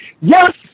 Yes